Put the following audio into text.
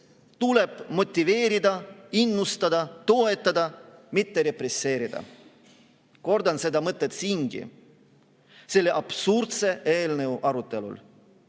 tuleb motiveerida, innustada, toetada, mitte represseerida. Kordan seda mõtet siingi, selle absurdse eelnõu arutelul.